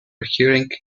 recurring